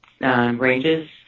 ranges